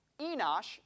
Enosh